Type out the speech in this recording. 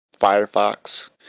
Firefox